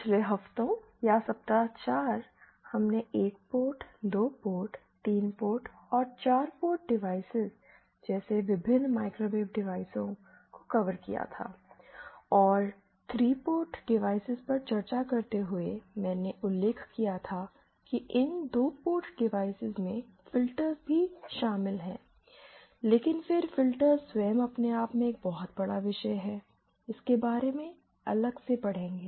पिछले हफ्तों या सप्ताह चार में हमने 1 पोर्ट 2 पोर्ट 3 पोर्ट और 4 पोर्ट डिवाइस जैसे विभिन्न माइक्रोवेव डिवाइसों को कवर किया था और 3 पोर्ट डिवाइसेस पर चर्चा करते हुए मैंने उल्लेख किया था कि इन 2 पोर्ट डिवाइसों में फिल्टर्स भी शामिल हैं लेकिन फिर फिल्टर्स स्वयं अपने आप में एक बहुत बड़ा विषय है इसके बारे में अलग से पढ़ेंगे